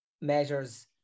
measures